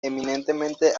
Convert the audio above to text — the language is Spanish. eminentemente